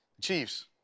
Chiefs